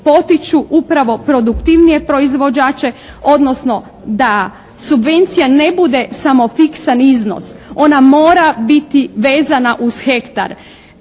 potiču upravo produktivnije proizvođače, odnosno da subvencija ne bude samo fiksan iznos. Ona mora biti vezana uz hektar.